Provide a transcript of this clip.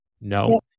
No